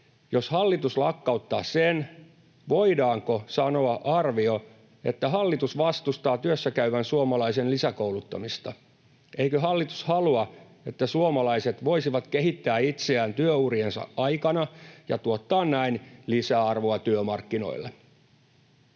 Jos hallitus lakkauttaa sen, voidaanko sanoa arvio, että hallitus vastustaa työssäkäyvän suomalaisen lisäkouluttamista? Eikö hallitus halua, että suomalaiset voisivat kehittää itseään työuriensa aikana ja tuottaa näin lisäarvoa työmarkkinoille?